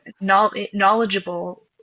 knowledgeable